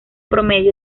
promedio